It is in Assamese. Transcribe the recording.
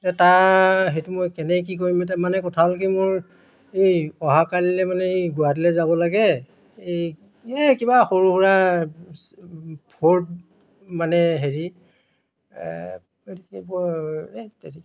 এতিয়া তা সেইটো মই কেনেকৈ কি কৰিম এতিয়া মানে কথা হ'ল কি মোৰ এই অহাকালিলৈ মানে এই গুৱাহাটীলৈ যাব লাগে এই এই কিবা সৰু সুৰা ফ'ৰ্ট মানে হেৰি